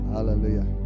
Hallelujah